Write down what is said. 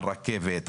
על רכבת,